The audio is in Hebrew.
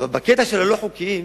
אבל בקטע של הלא-חוקיים,